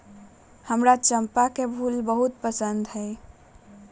हमरा चंपा के फूल बहुते पसिन्न हइ